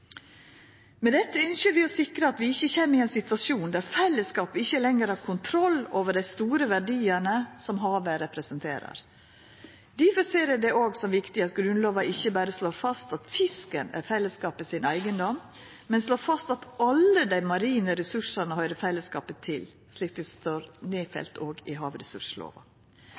Med dette ynskjer vi å sikra at vi ikkje kjem i ein situasjon der fellesskapet ikkje lenger har kontroll over dei store verdiane som havet representerer. Difor ser eg det òg som viktig at Grunnlova ikkje berre slår fast at fisken er fellesskapet sin eigedom, men slår fast at alle dei marine ressursane høyrer fellesskapet til, slik det òg står nedfelt i havressurslova.